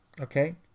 okay